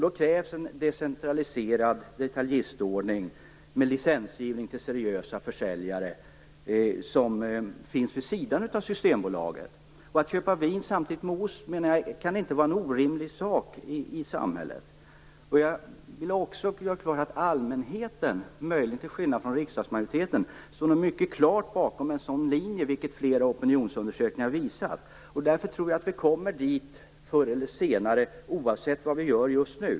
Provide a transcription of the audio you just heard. Då krävs en decentraliserad detaljistordning med licensgivning till de seriösa försäljare som finns vid sidan av Systembolaget. Att köpa vin samtidigt som man köper ost kan inte vara en orimlig sak i samhället. Jag vill också göra klart att allmänheten, möjligen till skillnad från riksdagsmajoriteten, mycket klart står bakom en sådan linje, vilket flera opinionsundersökningar har visat. Därför tror jag att vi kommer dit förr eller senare, oavsett vad vi gör just nu.